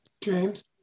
James